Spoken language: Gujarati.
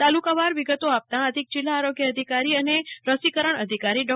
તાલુકાવાર વિગતો આપતાં અધિક જિલ્લા આરોગ્ય અને રસીકરણ અધિકારી ડો